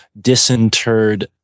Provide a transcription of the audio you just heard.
disinterred